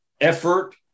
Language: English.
effort